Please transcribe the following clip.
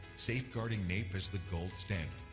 safeguarding naep as the gold standard,